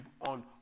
on